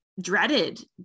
Dreaded